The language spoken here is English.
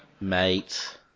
Mate